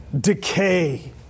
Decay